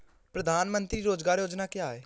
प्रधानमंत्री रोज़गार योजना क्या है?